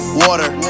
water